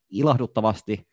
ilahduttavasti